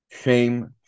Shame